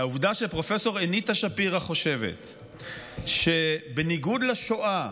והעובדה שפרופ' אניטה שפירא חושבת שבניגוד לשואה,